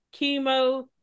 chemo